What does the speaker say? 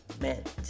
meant